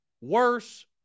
worse